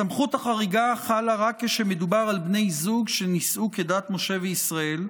הסמכות החריגה חלה רק כשמדובר על בני זוג שנישאו כדת משה וישראל,